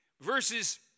verses